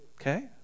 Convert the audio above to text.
Okay